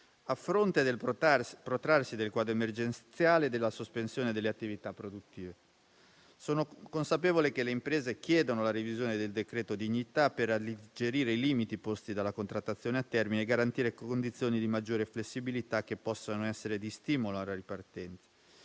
a fronte del protrarsi del quadro emergenziale e della sospensione delle attività produttive. Sono consapevole che le imprese chiedono la revisione del decreto-legge dignità per alleggerire i limiti posti dalla contrattazione a termine e garantire condizioni di maggiore flessibilità che possano essere di stimolo alla ripartenza.